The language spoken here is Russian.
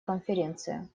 конференция